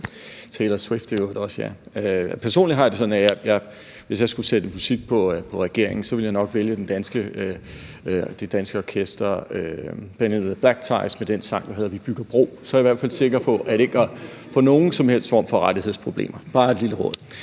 Personligt har jeg det sådan, at hvis jeg skulle sætte musik på regeringen, ville jeg nok vælge det danske orkester Benny & the Black Ties med den sang, der hedder »Vi bygger bro«, så er jeg i hvert fald sikker på ikke at få nogen som helst form for rettighedsproblemer. Det er bare et lille råd.